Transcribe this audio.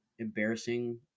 embarrassing